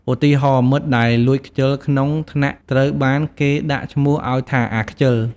ឧទាហរណ៍ មិត្តដែលលួចខ្ជិលក្នុងថ្នាក់ត្រូវបានគេដាក់ឈ្មោះឱ្យថា “អាខ្ជិល"។